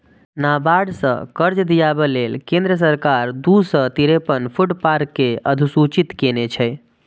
नाबार्ड सं कर्ज दियाबै लेल केंद्र सरकार दू सय तिरेपन फूड पार्क कें अधुसूचित केने छै